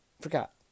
forgot